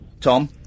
Tom